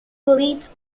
leeds